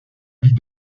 vie